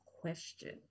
question